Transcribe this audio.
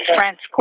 France